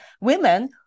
women